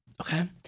Okay